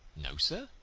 no, sir?